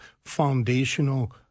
foundational